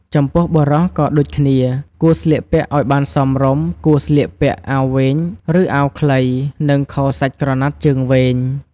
ចំពោះបុរសក៏ដូចគ្នា គួរស្លៀកពាក់ឱ្យបានសមរម្យ គួរស្លៀកពាក់អាវវែង ឬអាវខ្លី និងខោសាច់ក្រណាត់ជើងវៃង។